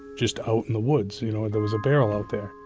just out in the woods, you know, there was a barrel out there.